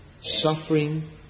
suffering